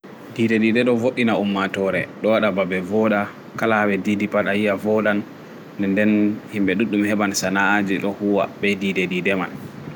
Ɗiiɗe ɗiiɗe ɗo wo'iti na ummatore ɗo waɗa ɓaɓe woɗa kala ha ɓe ɗiiɗi pat ayi'a woɗa nɗen nɗen himɓe ɗuɗɗum heɓan sana'aji ɗo huwa ɓe ɗiiɗe ɗiiɗe man.